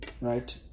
right